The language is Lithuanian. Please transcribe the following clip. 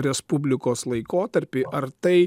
respublikos laikotarpį ar tai